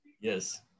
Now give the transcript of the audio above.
Yes